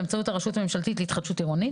באמצעות הרשות הממשלתית להתחדשות עירונית.